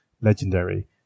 legendary